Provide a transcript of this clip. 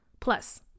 Plus